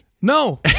No